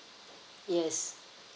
yes